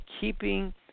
keeping